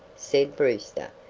said brewster,